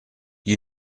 you